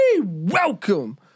Welcome